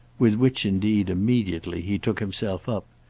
with which indeed, immediately, he took himself up.